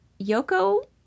Yoko